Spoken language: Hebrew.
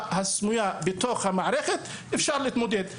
הסמויה בתוך המערכת ואז גם להתמודד איתה.